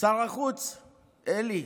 שר החוץ אלי,